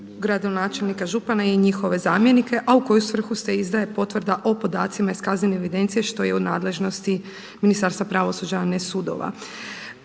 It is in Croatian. gradonačelnika, župana i njihove zamjenike, a u koju svrhu se izdaje potvrda o podacima iz kaznene evidencije što je u nadležnosti Ministarstva pravosuđa a ne sudova.